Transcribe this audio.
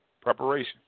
Preparation